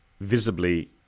visibly